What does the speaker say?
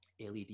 led